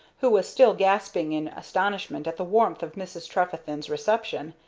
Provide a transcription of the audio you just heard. who was still gasping in astonishment at the warmth of mrs. trefethen's reception.